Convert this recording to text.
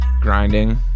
grinding